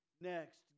next